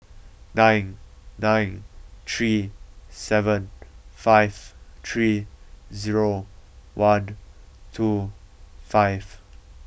nine nine three seven five three zero one two five